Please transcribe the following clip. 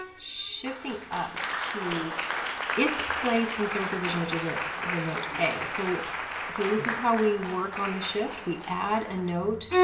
shifting up to it's place in third position which is ah the note a. so so this is how we work on the shift, we add a note